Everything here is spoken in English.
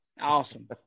Awesome